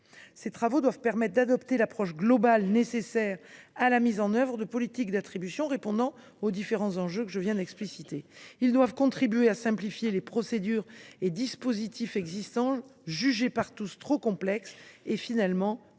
Ces travaux doivent permettre d’adopter l’approche globale nécessaire à la mise en œuvre de politiques d’attribution répondant aux différents enjeux que je viens d’expliciter. Ils doivent contribuer à simplifier les procédures et les dispositifs existants, jugés par tous trop complexes et, finalement, peu